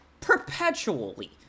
Perpetually